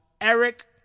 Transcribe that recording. Eric